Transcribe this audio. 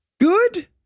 Good